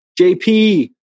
JP